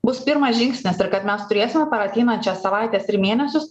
bus pirmas žingsnis ir kad mes turėsime per ateinančias savaites ir mėnesius